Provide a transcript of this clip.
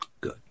Good